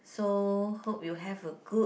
so hope you have a good